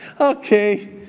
okay